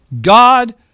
God